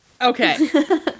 okay